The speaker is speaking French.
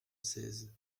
seize